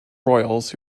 royals